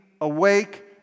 awake